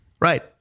Right